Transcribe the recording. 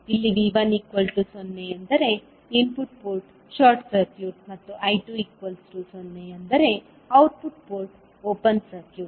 ಇಲ್ಲಿ V1 0 ಎಂದರೆ input port short circuit ಮತ್ತು I2 0 ಅಂದರೆ ಔಟ್ಪುಟ್ ಪೋರ್ಟ್ ಓಪನ್ ಸರ್ಕ್ಯೂಟ್